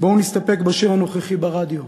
בואו נסתפק בשיר הנוכחי ברדיו,